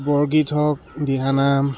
বৰগীত হওক দিহানাম